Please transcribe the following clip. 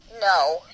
No